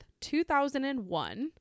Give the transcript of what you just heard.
2001